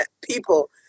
people